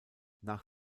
nach